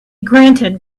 granted